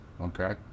okay